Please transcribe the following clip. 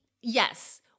yes